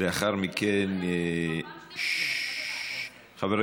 איילת, זאת כבר פעם שנייה לאחר מכן, ששש, חברים.